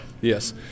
yes